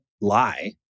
lie